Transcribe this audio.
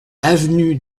avenue